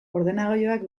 ordenagailuak